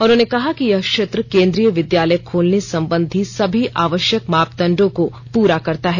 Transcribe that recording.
उन्होंने कहा कि यह क्षेत्र केंद्रीय विद्यालय खोलने संबंधी सभी आवश्यक मापदंडो को पूरा करता है